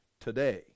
today